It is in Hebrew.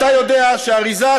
אתה יודע שאריזת